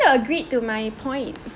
agreed to my point